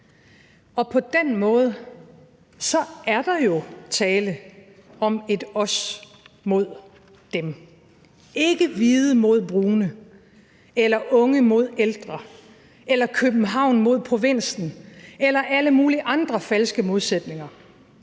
Og på den måde er der jo tale om et os mod dem – ikke hvide mod brune eller unge mod ældre eller København mod provinsen eller alle mulige andre falske modsætninger,